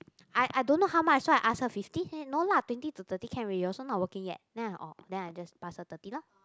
I I don't know how much so I ask her fifty then say no lah twenty to thirty can already you also not working yet then I oh then I just pass her thirty lor